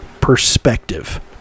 perspective